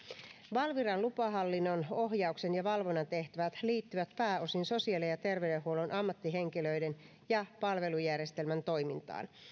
valviran lupahallinnon ohjauksen ja valvonnan tehtävät liittyvät pääosin sosiaali ja ja terveydenhuollon ammattihenkilöiden ja palvelujärjestelmän toimintaan